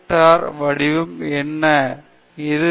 எனவே இது மாதிரி வடிவத்தை நீங்கள் எளிதாகக் காட்டலாம்